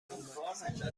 اومد